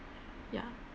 ya